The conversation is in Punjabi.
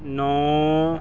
ਨੌਂ